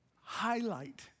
highlight